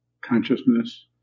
consciousness